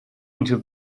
into